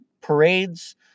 parades